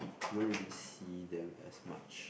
you don't really see them as much